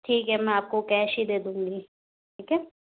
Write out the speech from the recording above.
ठीक है मैं आपको कैश ही दे दूँगी ठीक है